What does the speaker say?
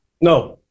No